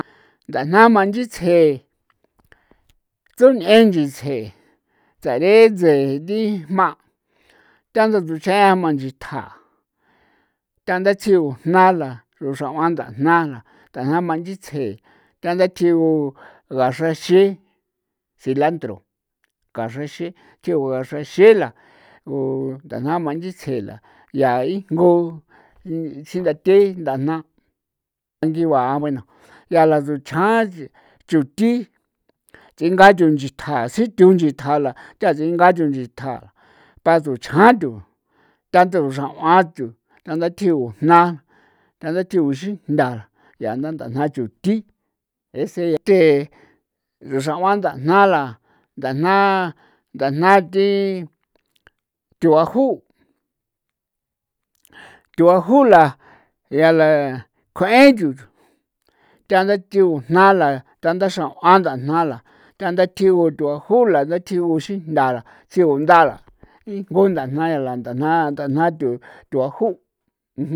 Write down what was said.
Ndajna jma nchitsje tsuñe'e nchitsje sare'e tsee thi jma' thena rutsan jma nchithja tandasiu'u jna la ruxrau'an ndajnala tajna manchitsje tanda thjigu gaxrexin cilantro kexrexin thjiu'u gaxrexila gu ndajna jma nchitsje la yaa injgo xinthathee ndajna ngigua ah bueno yaa la suchjan nche xuthi ts'ingaa thu nchithja xithu nchitja la rusingaa thu nchithja pa ruchjan thu ta antu ruxrau'an thu ta nda thiuu jna tha nda thiu xijntha yaa na ndajna chuthi ese ke ruxrau'an ndajna la ndajna ndajna thi thuaju thuaju la yaa la kjuen thiu tha nda thiu jna la ta ntha xrauana ndajna tanda xrauana la tanda thuaju la ku xijntha tsiunda la thin ngu ndajna ya la ndajna ndajna thu thuaju.